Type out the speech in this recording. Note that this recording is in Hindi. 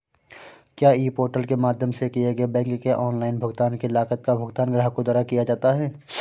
क्या ई पोर्टल के माध्यम से किए गए बैंक के ऑनलाइन भुगतान की लागत का भुगतान ग्राहकों द्वारा किया जाता है?